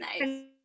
nice